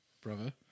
brother